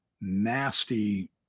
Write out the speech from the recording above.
nasty